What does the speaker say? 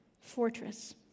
fortress